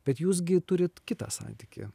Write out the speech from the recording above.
bet jūs gi turit kitą santykį